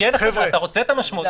כן אכפת, אתה רוצה את המשמעות.